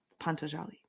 Pantajali